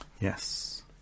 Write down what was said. Yes